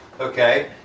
Okay